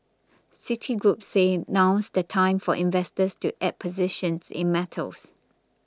Citigroup said now's the time for investors to add positions in metals